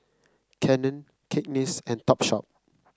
Canon Cakenis and Topshop